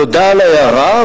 תודה על ההערה,